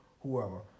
whoever